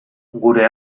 gure